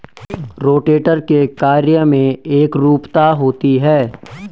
rotator के कार्य में एकरूपता होती है